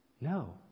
No